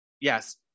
yes